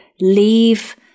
leave